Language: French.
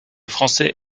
français